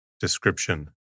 Description